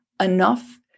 enough